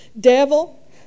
devil